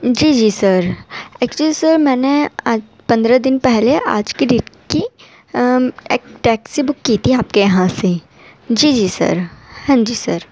جی جی sir actually sir میں نے آج پندرہ دن پہلے آج کے ڈیٹ کی ایک ٹیکسی بک کی تھی آپ کے یہاں سے جی جی سر ہاں جی سر